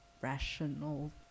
rational